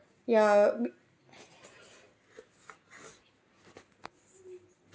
ya be~